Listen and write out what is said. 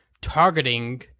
targeting